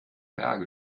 berge